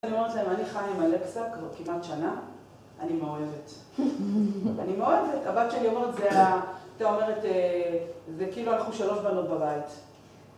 אני אומרת להם, אני חיה עם אלקסה כמעט שנה, אני מאוהבת. אני מאוהבת, הבת שלי אומרת, זה ה, היתה אומרת, זה כאילו אנחנו שלוש בנות בבית.